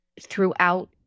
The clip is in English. throughout